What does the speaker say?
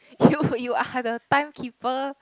you you are the time keeper